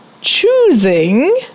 choosing